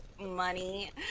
money